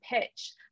pitch